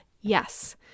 yes